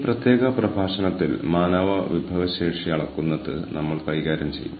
ഈ പ്രഭാഷണത്തിൽ ഞാൻ കുറച്ച് കാര്യങ്ങൾ കൂടി സംസാരിക്കും